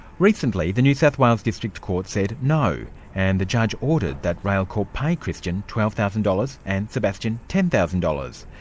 recently the new south wales district court said no, and the judge ordered that railcorp pay christian twelve thousand dollars and sebastian ten thousand dollars.